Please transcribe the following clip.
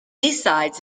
sides